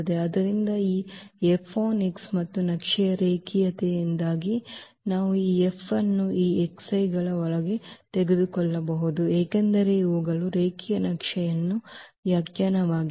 ಆದ್ದರಿಂದ ಈ F on x ಮತ್ತು ನಕ್ಷೆಯ ರೇಖೀಯತೆಯಿಂದಾಗಿ ನಾವು ಈ F ಅನ್ನು ಈ x i ಗಳ ಒಳಗೆ ತೆಗೆದುಕೊಳ್ಳಬಹುದು ಏಕೆಂದರೆ ಇವುಗಳು ರೇಖೀಯ ನಕ್ಷೆಯ ವ್ಯಾಖ್ಯಾನವಾಗಿದೆ